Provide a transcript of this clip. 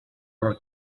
her